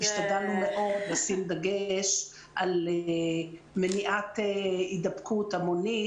השתדלנו מאוד לשים דגש על מניעת הידבקות המונית,